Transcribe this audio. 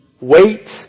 Wait